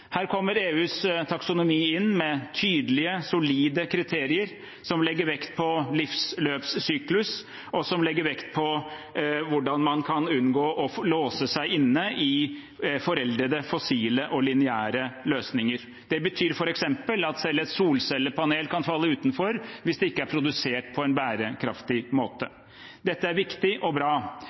Her kommer EUs taksonomi inn med tydelige, solide kriterier som legger vekt på livsløpssyklus, og som legger vekt på hvordan man kan unngå å låse seg inne i foreldede fossile og lineære løsninger. Det betyr f.eks. at selv et solcellepanel kan falle utenfor hvis det ikke er produsert på en bærekraftig måte. Dette er viktig og bra.